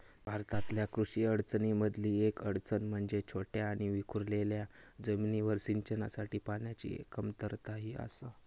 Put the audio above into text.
भारतातल्या कृषी अडचणीं मधली येक अडचण म्हणजे छोट्या आणि विखुरलेल्या जमिनींवर सिंचनासाठी पाण्याची कमतरता ही आसा